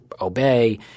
obey